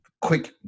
quick